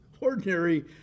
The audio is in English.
ordinary